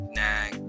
nag